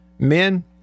Men